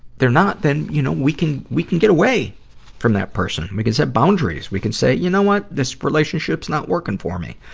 they're not, then, you know, we can, we can get away from that person. we can set boundaries. we can say, you know what? this relationship's not working for me.